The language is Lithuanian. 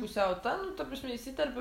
pusiau ta nu ta prasme įsiterpiu